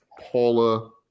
Paula